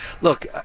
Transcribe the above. Look